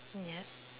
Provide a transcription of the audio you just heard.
yes